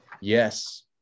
Yes